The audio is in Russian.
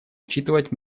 учитывать